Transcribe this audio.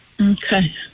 Okay